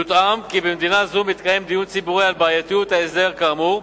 יוטעם כי במדינה זו מתקיים דיון ציבורי על בעייתיות ההסדר כאמור,